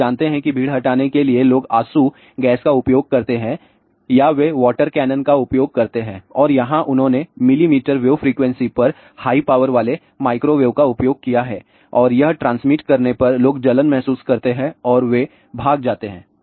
तो आप जानते हैं कि भीड़ हटाने के लिए लोग आंसू गैस का उपयोग करते हैं या वे वॉटर कैनन का उपयोग करते हैं और यहां उन्होंने मिलीमीटर वेव फ्रीक्वेंसी पर हाई पावर वाले माइक्रोवेव का उपयोग किया है और यह ट्रांसमिट करने पर लोग जलन महसूस करते हैं और वे भाग जाते हैं